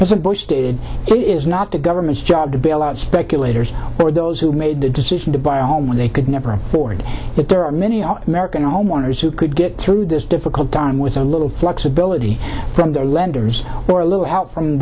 president bush stated it is not the government's job to bail out speculators or those who made the decision to buy a home when they could never afford it there are many are american homeowners who could get through this difficult time with a little flexibility from their lenders or a little help from